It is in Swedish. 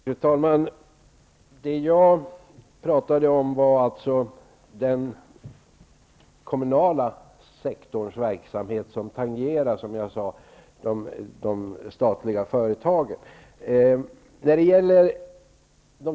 Fru talman! Jag talade om den kommunala sektorns verksamhet, som tangerar de statliga företagens verksamhet.